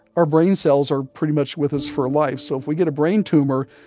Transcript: our brain cells are pretty much with us for life, so if we get a brain tumor,